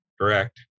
Correct